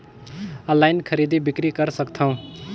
Online खरीदी बिक्री कर सकथव?